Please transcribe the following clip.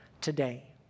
today